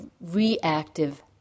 reactive